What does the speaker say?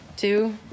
Two